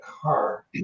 car